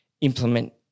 implement